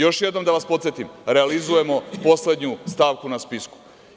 Još jednom da vas podsetim, realizujemo poslednju stavku na spisku.